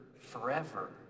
forever